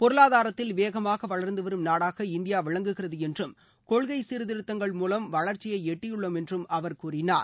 பொருளாதாரத்தில் வேகமாக வளர்ந்து வரும் நாடாக இந்தியா விளங்குகிறது என்றும் கொள்கை சீர்த்திருத்தங்கள் மூலம் வளர்ச்சியை எட்டியுள்ளோம் என்றும் அவர் கூறினாார்